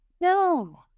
No